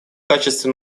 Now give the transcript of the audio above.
качестве